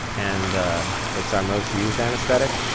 and it's our most used anesthetic.